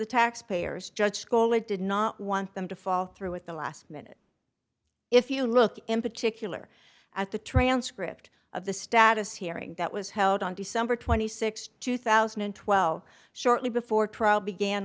the taxpayers judge bolitho did not want them to follow through with the last minute if you look in particular at the transcript of the status hearing that was held on december th two thousand and twelve shortly before trial began